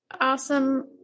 awesome